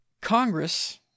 congress